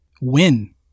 win